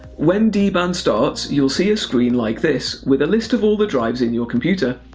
when dban starts, you'll see a screen like this, with a list of all the drives in your computer.